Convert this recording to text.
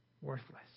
Worthless